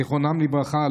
זיכרונם לברכה,